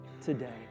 today